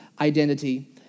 identity